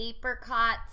apricots